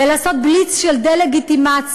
ולעשות בליץ של דה-לגיטימציה,